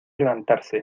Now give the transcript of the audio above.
levantarse